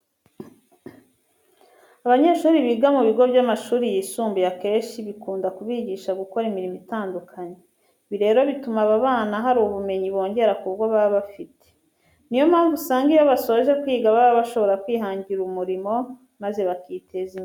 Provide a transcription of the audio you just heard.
Abanyeshuri biga mu bigo by'amashuri yisumbuye akenshi bikunda kubigisha gukora imirimo itandukanye. Ibi rero bituma aba bana hari ubumenyi bongera ku bwo baba bafite. Ni yo mpamvu usanga iyo basoje kwiga baba bashobora kwihangira umurimo maze bakiteza imbere.